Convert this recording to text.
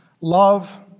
love